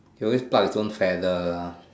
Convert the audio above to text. he always pluck his own feather lah